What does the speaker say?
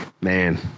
Man